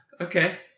Okay